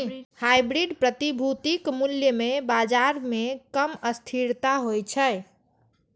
hybrid प्रतिभूतिक मूल्य मे बाजार मे कम अस्थिरता होइ छै